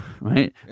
right